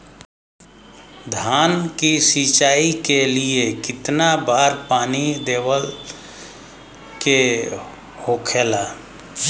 धान की सिंचाई के लिए कितना बार पानी देवल के होखेला?